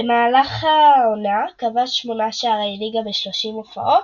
במהלך העונה כבש שמונה שערי ליגה ב-30 הופעות,